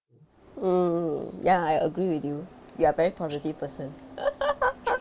mm ya I agree with you you're a very positive person